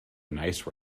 nice